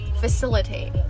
Facilitate